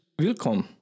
willkommen